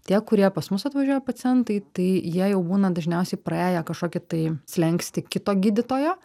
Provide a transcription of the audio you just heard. tie kurie pas mus atvažiuoja pacientai tai jie jau būna dažniausiai praėję kažkokį tai slenkstį kito gydytojo